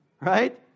right